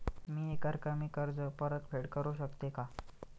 मी एकरकमी कर्ज परतफेड करू शकते का?